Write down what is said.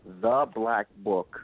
theblackbook